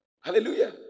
Hallelujah